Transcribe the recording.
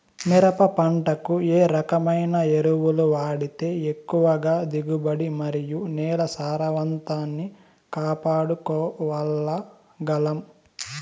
మిరప పంట కు ఏ రకమైన ఎరువులు వాడితే ఎక్కువగా దిగుబడి మరియు నేల సారవంతాన్ని కాపాడుకోవాల్ల గలం?